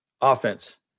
offense